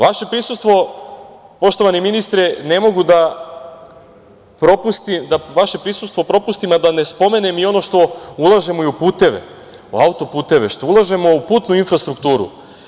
Vaše prisustvo, poštovani ministre ne mogu da propustim, a da ne spomenem i ono što ulažemo i u puteve, u auto-puteve, što ulažemo u putnu infrastrukturu.